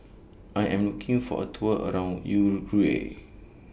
I Am looking For A Tour around Uruguay